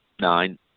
nine